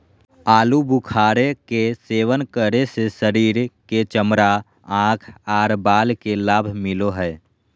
आलू बुखारे के सेवन करे से शरीर के चमड़ा, आंख आर बाल के लाभ मिलो हय